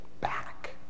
back